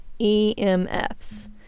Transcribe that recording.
EMFs